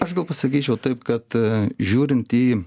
aš gal pasakyčiau taip kad žiūrint į